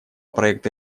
проекта